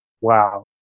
wow